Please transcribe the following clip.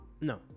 No